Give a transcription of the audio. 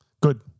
Good